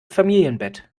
familienbett